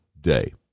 day